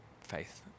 faith